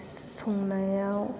संनायाव